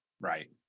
Right